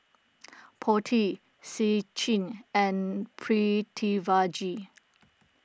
Potti Sachin and Pritiviraj